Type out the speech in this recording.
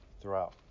Throughout